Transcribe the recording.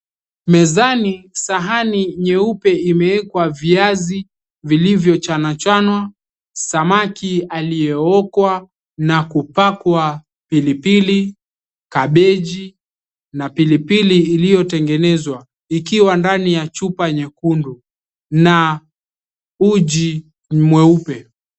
Mezani sahani nyeupe imewekwa mezani vilivyochanwa chanwa, samaki iliyookwa na kupakwa pilipili, kabeji na pilipili iliyotengenrzwa ikiwa ndani ya chupa nyekundu na uji mweupe.